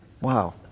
Wow